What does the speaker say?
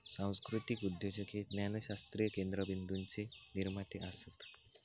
सांस्कृतीक उद्योजक हे ज्ञानशास्त्रीय केंद्रबिंदूचे निर्माते असत